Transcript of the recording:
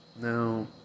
Now